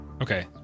Okay